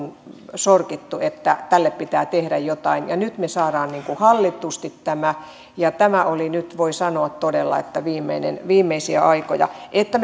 sorkittu että tälle pitää tehdä jotain ja nyt me saamme hallitusti tämän ja tämä oli nyt voi sanoa todella viimeisiä aikoja että